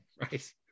Right